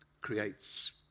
creates